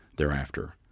thereafter